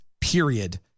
period